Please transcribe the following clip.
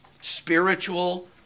spiritual